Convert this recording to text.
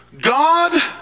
God